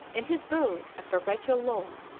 in his bull, a perpetual law,